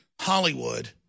Hollywood